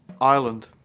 Ireland